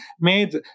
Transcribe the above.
made